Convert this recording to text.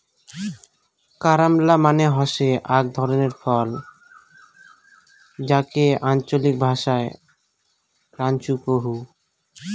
carambola মানে হসে আক ধরণের ফল যাকে আঞ্চলিক ভাষায় ক্রাঞ্চ কুহ